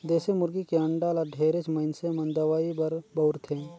देसी मुरगी के अंडा ल ढेरेच मइनसे मन दवई बर बउरथे